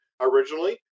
originally